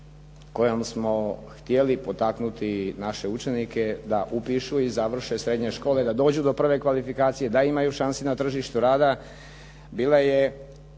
kojom smo htjeli potaknuti naše učenike da upišu i završe srednje škole, da dođu do prve kvalifikacije, da imaju šanse na tržištu rada, bilo je